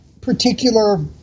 particular